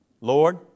Lord